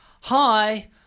Hi